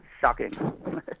shocking